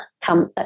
come